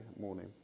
morning